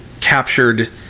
captured